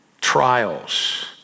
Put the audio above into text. trials